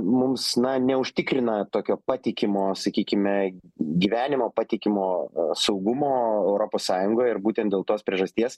mums na neužtikrina tokio patikimo sakykime gyvenimo patikimo saugumo europos sąjungoje ir būtent dėl tos priežasties